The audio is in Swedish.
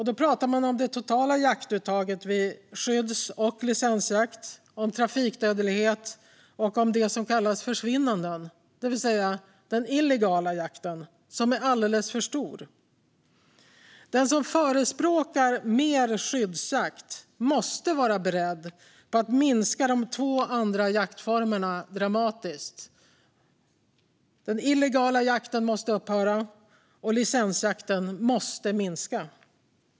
Då talar man om det totala jaktuttaget vid skydds och licensjakt, trafikdödlighet och det som kallas försvinnanden, det vill säga den illegala jakten, som är alldeles för stor. Den som förespråkar mer skyddsjakt måste vara beredd att minska de två andra jaktformerna dramatiskt. Den illegala jakten måste upphöra, och licensjakten måste minska.